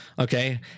Okay